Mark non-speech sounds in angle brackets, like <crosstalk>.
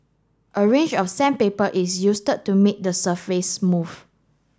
a range of sandpaper is use <unintelligible> to make the surface smooth